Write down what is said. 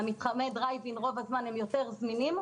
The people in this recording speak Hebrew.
מתחמי דרייב אין רוב הזמן הם יותר זמינים,